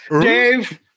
Dave